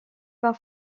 par